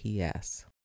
PS